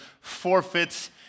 forfeits